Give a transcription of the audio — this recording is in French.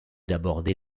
d’aborder